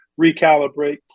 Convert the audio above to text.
recalibrate